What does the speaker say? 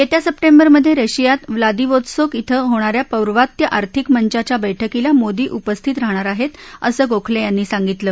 येत्या सप्टेंबरमधे रशियात व्लादिवोत्सोक अं होणा या पौर्वात्या आर्थिक मंचाच्या बैठकीला मोदी उपस्थित राहणार आहेत असं गोखले यांनी सांगितलं